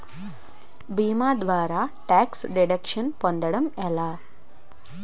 భీమా ద్వారా tax deduction పొందటం ఎలా?